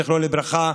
זיכרונו לברכה,